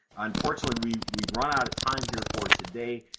unfortunately, we've we've run out of time here for today,